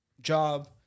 job